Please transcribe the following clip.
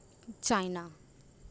China